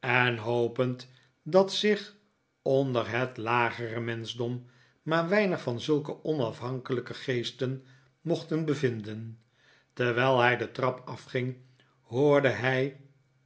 en hopend dat zich onder het lagere menschdom maar weinig van zulke onafhankelijke geesten mochten bevinden terwijl hij de trap afging hoorde hij